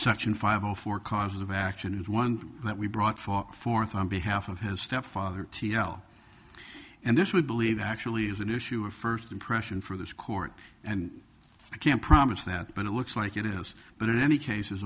section five or four causes of action is one that we brought far forth on behalf of his stepfather t l and this we believe actually is an issue of first impression for this court and i can't promise that but it looks like it is but in any cases